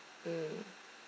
mm